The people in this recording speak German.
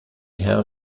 herr